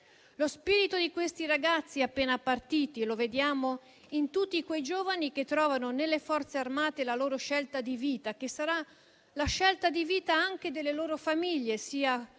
Lo spirito di questi ragazzi appena partiti lo vediamo in tutti quei giovani che trovano nelle Forze armate la loro scelta di vita, che sarà la scelta di vita anche delle loro famiglie, sia